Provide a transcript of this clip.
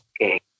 Okay